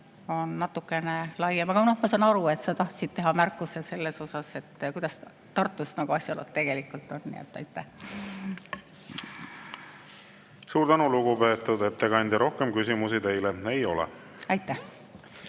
on natukene laiem. Aga ma saan aru, et sa tahtsid teha märkuse selle kohta, kuidas Tartus asjaolud tegelikult on. Suur tänu, lugupeetud ettekandja! Rohkem küsimusi teile ei ole. Aitäh!